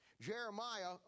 Jeremiah